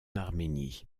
arménie